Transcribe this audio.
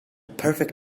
perfect